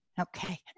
Okay